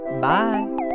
bye